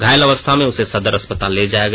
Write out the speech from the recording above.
घायल अवस्था में उसे सदर अस्पताल ले जाया गया